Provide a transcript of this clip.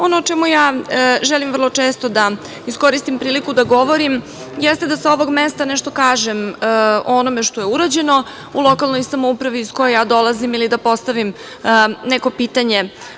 Ono o čemu ja želim vrlo često da iskoristim priliku da govorim, jeste da sa ovog mesta nešto kažem o onome što je urađeno u lokalnoj samoupravi iz koje ja dolazim, ili da postavim neko pitanje.